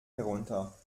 herunter